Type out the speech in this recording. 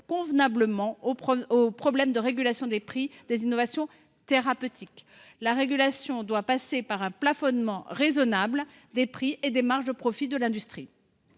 efficacement au problème de régulation des prix des innovations thérapeutiques. La régulation doit passer par un plafonnement raisonnable des prix et des marges de profit de l’industrie.